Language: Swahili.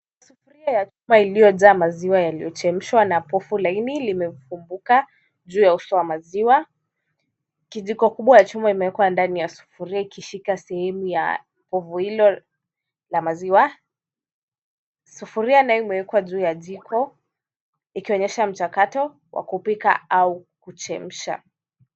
Sufuria ya chuma iliyojaa maziwa yaliyochemshwa na pofu laini limepufuka juu ya uso wa maziwa. Kijiko kubwa ya chuma imewekwa ndani ya sufuria ikishika sehemu ya pofu hilo la maziwa. Sufuria nayo imewekwa juu ya jiko, ikionyesha mchakato wa kupika au kuchemsha.